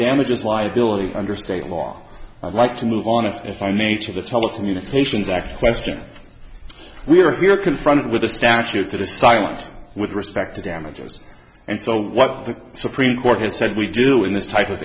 damages liability under state law i'd like to move on if as i may to the telecommunications act question we are here confronted with a statute to the silent with respect to damages and so what the supreme court has said we do in this type of